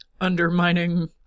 undermining